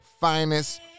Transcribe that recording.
finest